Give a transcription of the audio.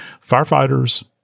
firefighters